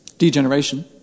Degeneration